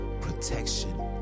protection